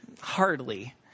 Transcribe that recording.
Hardly